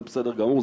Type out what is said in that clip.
זה בסדר גמור,